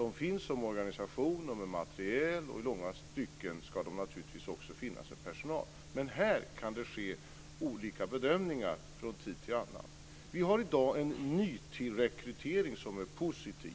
De finns som organisation, de har materiel och det ska naturligtvis också finnas personal. Men här kan det ske olika bedömningar från tid till annan. Vi har i dag en nyrekrytering som är positiv.